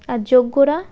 আর যোগ্যরা